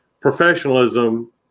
professionalism